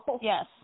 Yes